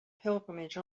pilgrimage